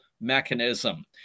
mechanism